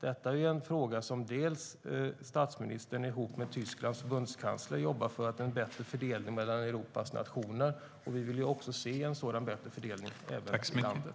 Detta är en fråga där statsministern, ihop med Tysklands förbundskansler, jobbar för en bättre fördelning mellan Europas nationer, och vi vill ju se en bättre fördelning även inom landet.